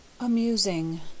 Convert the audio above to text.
Amusing